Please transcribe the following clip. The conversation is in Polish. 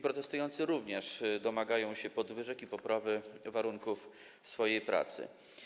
Protestujący również domagają się podwyżek i poprawy warunków swojej pracy.